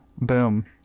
boom